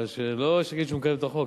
אבל שלא יגיד שהוא מקדם את החוק,